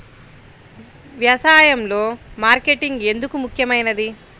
వ్యసాయంలో మార్కెటింగ్ ఎందుకు ముఖ్యమైనది?